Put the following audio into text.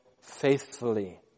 faithfully